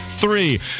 three